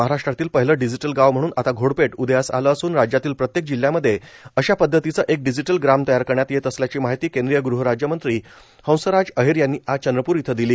महाराष्ट्रातील पहिलं डिजिटल गाव म्हणून आता घोडपेठ उदयास आले असून राज्यातील प्रत्येक जिल्ह्यामध्ये अशा पद्वतीचे एक डिजिटल ग्राम तयार करण्यात येत असल्याची माहिती केंद्रीय ग़हराज्यमंत्री हंसराज अहिर यांनी आज चंद्रप्र इथं दिली